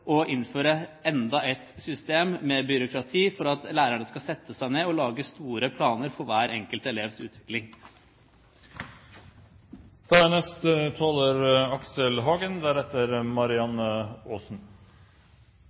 innføre enda et system med byråkrati for at lærerne skal sette seg ned og lage store planer for hver enkelt elevs utvikling.